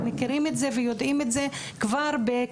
הם מכירים את זה ויודעים את זה כבר בכיתות